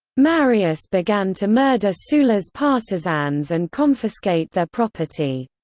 marius began to murder sulla's partisans and confiscate their property.